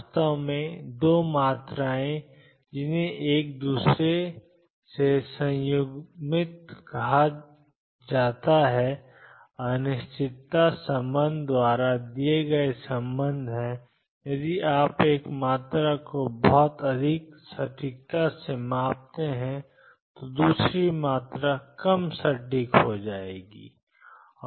वास्तव में 2 मात्राएँ जिन्हें एक दूसरे से संयुग्मित कहा जाता है अनिश्चितता संबंध द्वारा दिए गए संबंध हैं यदि आप एक मात्रा को बहुत अधिक सटीकता से मापते हैं तो दूसरी मात्रा कम सटीक हो जाती है